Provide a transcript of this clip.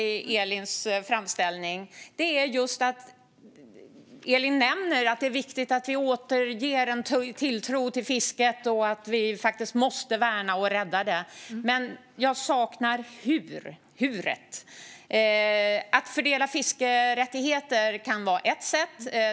I sin framställning nämner Elin att det är viktigt att återge fisket tilltro och att vi måste värna och rädda det, men jag saknar hur. Att fördela fiskerättigheter är ett sätt.